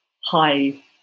hi